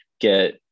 get